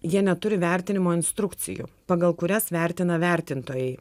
jie neturi vertinimo instrukcijų pagal kurias vertina vertintojai